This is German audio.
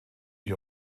die